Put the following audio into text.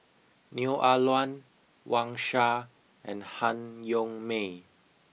Neo Ah Luan Wang Sha and Han Yong May